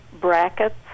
brackets